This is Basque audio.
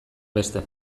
beste